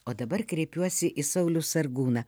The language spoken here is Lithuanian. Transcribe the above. o dabar kreipiuosi į saulių sargūną